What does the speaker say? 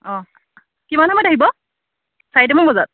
অঁ কিমান টাইমত আহিব চাৰিটামান বজাত